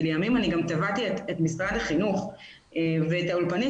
כי לימים גם תבעתי את משרד החינוך ואת האולפנית